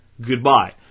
Goodbye